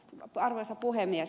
arvoisa puhemies